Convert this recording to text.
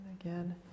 again